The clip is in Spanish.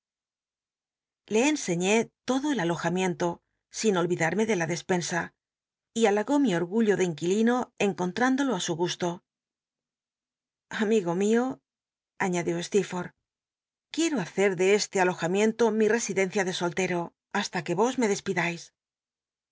le enseñé lodo el alojamiehlo sih olvidarme de la despensa y alhagó mi orgullo de inquilino énconlrándolo á su gusto amigo mio añadió steerforth uicro hacer biblioteca nacional de españa da vid copperfield de es le alojamiento mi tesidencia de soltero hasta os me dcspidai